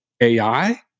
AI